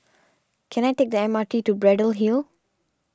can I take the M R T to Braddell Hill